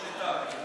אוסאמה.